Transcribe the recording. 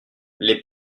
les